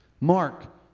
Mark